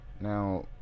now